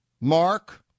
Mark